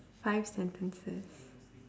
five sentences